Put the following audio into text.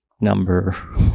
number